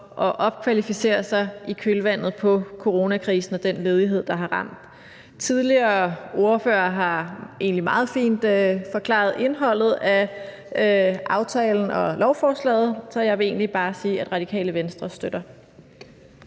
at opkvalificere sig i kølvandet på coronakrisen og den ledighed, der har ramt. De tidligere ordførere har egentlig meget fint forklaret indholdet af aftalen og lovforslaget, så jeg vil bare sige, at Radikale Venstre støtter